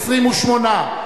28,